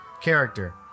character